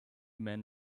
men